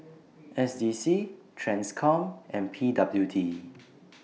S D C TRANSCOM and P W D